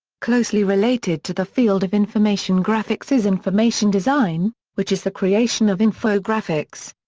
closely related to the field of information graphics is information design, which is the creation of infographics.